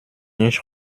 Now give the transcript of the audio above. ich